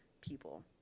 people